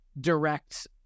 direct